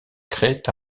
créent